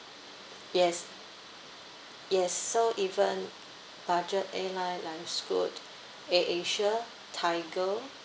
yes yes so even budget airline like scoot air asia tiger